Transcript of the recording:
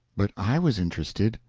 but i was interested.